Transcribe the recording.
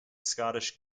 scottish